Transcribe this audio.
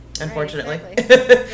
unfortunately